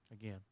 Again